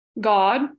God